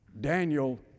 Daniel